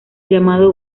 llamado